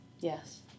Yes